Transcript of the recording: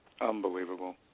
Unbelievable